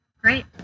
Great